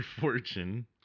fortune